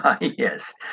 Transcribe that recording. Yes